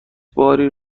باری